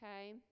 Okay